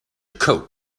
coat